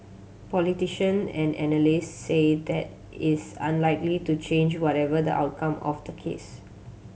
politician and analyst say that is unlikely to change whatever the outcome of the case